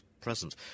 present